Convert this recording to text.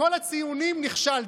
בכל הציונים, נכשל.